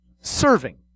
serving